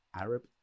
Arab